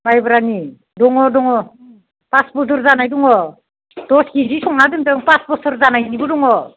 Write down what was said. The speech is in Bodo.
माइब्रानि दङ दङ पास बोसोर जानाय दङ दस केजि संना दोन्दों पास बोसोर जानायनिबो दङ